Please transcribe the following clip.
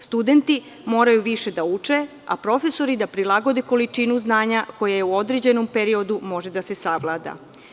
Studenti moraju više da uče, a profesori da prilagode količinu znanja koja u određenom periodu može da se savlada.